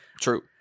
True